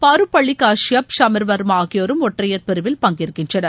பாருபள்ளி காஷியப் ஷமீர் வர்மா ஆகியோரும் ஒற்றையர் பிரிவில் பங்கேற்கின்றனர்